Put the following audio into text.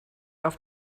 auf